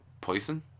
Poison